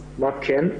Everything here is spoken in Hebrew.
אז מה כן?